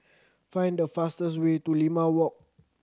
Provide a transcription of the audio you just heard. find the fastest way to Limau Walk